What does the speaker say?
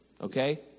okay